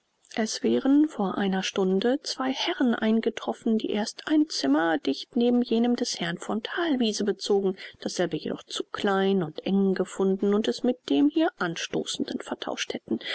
es wären vor einer stunde zwei herren eingetroffen die erst ein zimmer dicht neben jenem des herrn von thalwiese bezogen dasselbe jedoch zu klein und eng gefunden und es mit dem hier anstoßenden vertauscht hätten